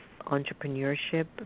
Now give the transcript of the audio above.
entrepreneurship